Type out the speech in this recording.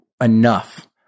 enough